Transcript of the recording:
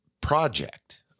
project